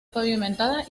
pavimentada